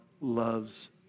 loves